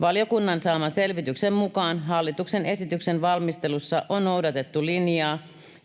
Valiokunnan saaman selvityksen mukaan hallituksen esityksen valmistelussa on noudatettu linjaa,